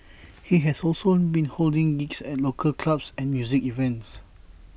he has also been holding gigs at local clubs and music events